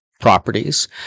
properties